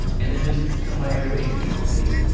and then just come by every week, and we'll pay you.